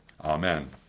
Amen